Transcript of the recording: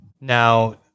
Now